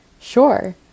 Sure